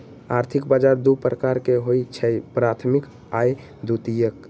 आर्थिक बजार दू प्रकार के होइ छइ प्राथमिक आऽ द्वितीयक